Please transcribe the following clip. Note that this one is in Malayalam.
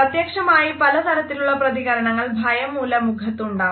പ്രത്യക്ഷമായി പല തരത്തിലുള്ള പ്രതികരണങ്ങൾ ഭയം മൂലം മുഖത്ത് ഉണ്ടാവാം